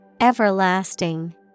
Everlasting